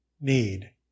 need